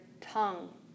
tongue